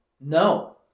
No